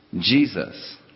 Jesus